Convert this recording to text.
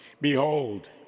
behold